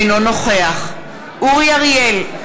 אינו נוכח אורי אריאל,